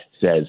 says